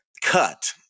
cut